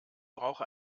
brauche